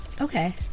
Okay